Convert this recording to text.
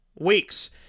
weeks